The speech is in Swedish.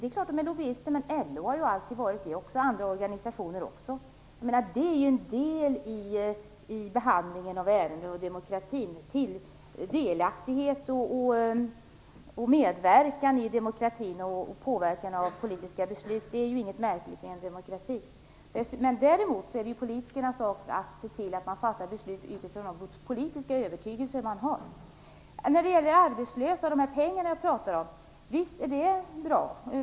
Det är klart att de är lobbyister, men det har ju också LO alltid varit liksom även andra organisationer. Det är en del i behandlingen av ärenden och av demokratin. Delaktighet, medverkan i och påverkan av politiska beslut är ju inget märkligt i en demokrati. Men däremot är det politikernas sak att se till att man fattar beslut utifrån de politiska övertygelser man har. Visst är pengarna för de arbetslösa bra.